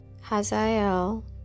Hazael